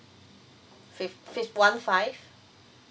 fif~ fif~ one five